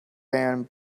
band